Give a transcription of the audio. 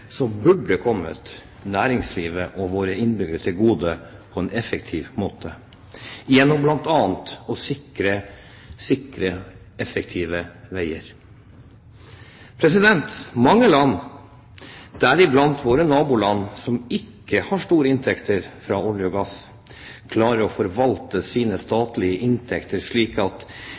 burde kommet næringslivet og våre innbyggere til gode på en effektiv måte gjennom bl.a. å sikre effektive veier. Mange land, deriblant våre naboland, som ikke har store inntekter fra olje og gass, klarer å forvalte sine statlige inntekter slik at